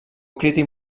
crític